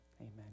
amen